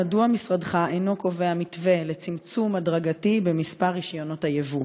מדוע משרדך אינו קובע מתווה לצמצום הדרגתי במספר רישיונות הייבוא?